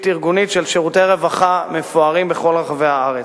ארגונית של שירותי רווחה בכל רחבי הארץ.